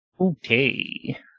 Okay